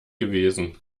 gewesen